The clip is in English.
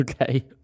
Okay